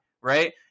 right